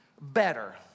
better